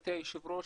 גברתי היושבת ראש,